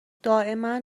دائما